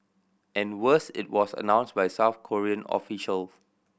and worse it was announced by a South Korean official